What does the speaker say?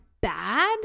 bad